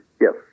yes